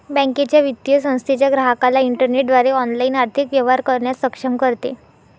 बँकेच्या, वित्तीय संस्थेच्या ग्राहकाला इंटरनेटद्वारे ऑनलाइन आर्थिक व्यवहार करण्यास सक्षम करते